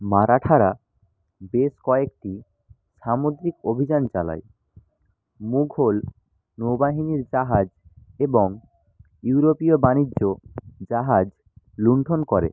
মারাঠারা বেশ কয়েকটি সামুদ্রিক অভিযান চালায় মুঘল নৌবাহিনীর জাহাজ এবং ইউরোপীয় বাণিজ্য জাহাজ লুণ্ঠন করে